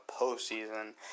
postseason